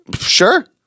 sure